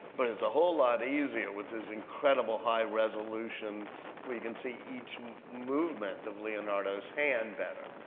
but it's a whole lot easier with this incredible high resolution where you can see each movement of leonardo's hand better.